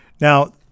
Now